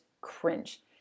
cringe